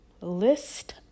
list